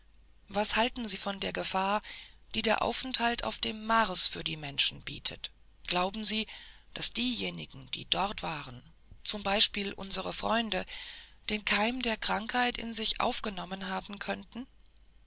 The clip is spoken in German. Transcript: was halten sie von der gefahr die der aufenthalt auf dem mars für die menschen bietet glauben sie daß diejenigen die dort waren zum beispiel unsre freunde den keim der krankheit in sich aufgenommen haben könnten